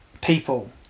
people